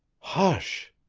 hush!